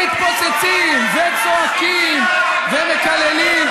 הם מתפוצצים וצועקים ומקללים.